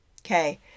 okay